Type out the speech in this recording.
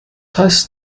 heißt